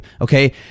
okay